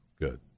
good